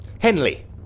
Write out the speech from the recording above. Henley